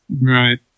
Right